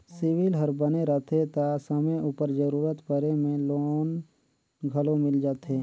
CIBIL हर बने रहथे ता समे उपर जरूरत परे में लोन घलो मिल जाथे